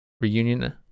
Reunion